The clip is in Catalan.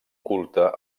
culte